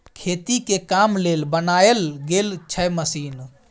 खेती के काम लेल बनाएल गेल छै मशीन